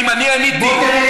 בוא תראה,